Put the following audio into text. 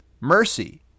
mercy